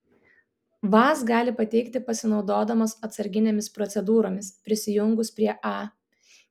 vaz gali pateikti pasinaudodamos atsarginėmis procedūromis prisijungus prie a